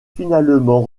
finalement